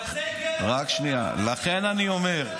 אבל זה הגיע לפתחו, לכן אני אומר,